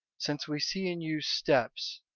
since we see in you steps.